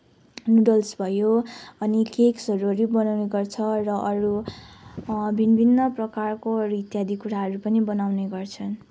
noodles भयो अनि केक्सहरू नि बनाउने गर्छ र अरू भिन्न भिन्न प्रकारको र इत्यादि कुराहरू पनि बनाउने गर्छन्